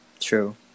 true